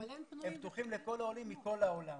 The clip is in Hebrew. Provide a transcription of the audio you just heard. פתוחים לכל העולים מכל העולם,